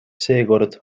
seekord